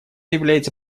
является